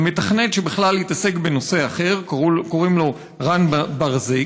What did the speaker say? מתכנת שבכלל התעסק בנושא אחר, קוראים לו רן ברזיק,